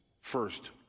first